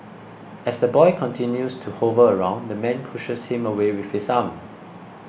as the boy continues to hover around the man pushes him away with his arm